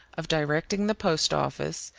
of directing the post office,